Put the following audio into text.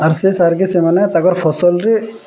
ଆର୍ ସେ ସାର୍କେ ସେମାନେ ତାକର୍ ଫସଲ୍ରେ